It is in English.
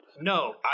No